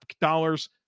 dollars